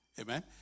Amen